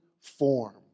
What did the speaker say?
form